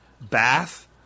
bath